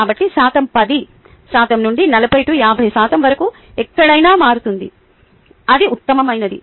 కాబట్టి శాతం 10 శాతం నుండి 40 50 శాతం వరకు ఎక్కడైనా మారుతుంది అది ఉత్తమమైనది